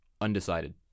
Undecided